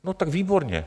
No tak výborně.